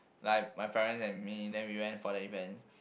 like my parent and me then we went for the events